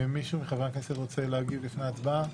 מישהו מחברי הכנסת רוצה להגיב לפני ההצבעה?